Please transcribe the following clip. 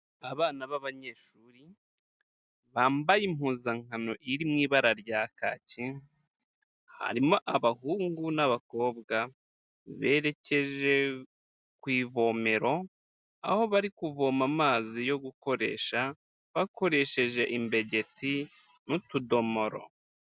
Abana b'abanyeshuri bambaye impuzankano iri mu ibara rya kaki, harimo abahungu n'abakobwa, berekeje ku ivomero, aho bari kuvoma amazi yo gukoresha, bakoresheje imbegeti n'utudomoro.